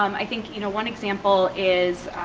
um i think you know one example is,